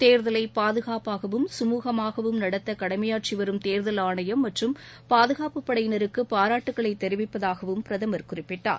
தேர்தலை பாதுகாப்பாகவும் சுமூகமாகவும் நடத்த கடமையாற்றி வரும் தேர்தல் ஆணையம் மற்றும் பாதுகாப்புப் படையினருக்கு பாராட்டுக்களை தெரிவிப்பதாகவும் பிரதமர் குறிப்பிட்டார்